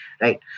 right